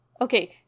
Okay